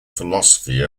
philosophy